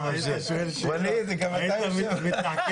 אני מפנה